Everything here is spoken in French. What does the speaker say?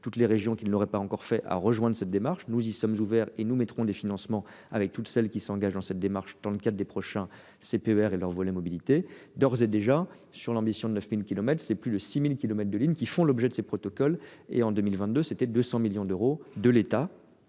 les régions qui ne l'ont pas encore fait à rejoindre cette démarche. Nous y sommes ouverts et nous prévoirons les financements nécessaires, avec toutes celles qui s'engagent dans cette démarche dans le cadre des prochains CPER et de leur volet mobilité. D'ores et déjà, sur l'ambition de 9 000 kilomètres, plus de 6 000 kilomètres de lignes font l'objet de ces protocoles. En 2022, quelque 200 millions d'euros sont